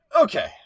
Okay